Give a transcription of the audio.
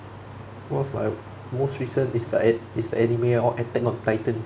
what's my most recent is the a~ is the anime orh attack on titans